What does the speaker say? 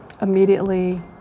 immediately